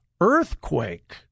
earthquake